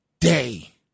day